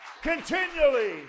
Continually